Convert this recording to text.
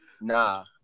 nah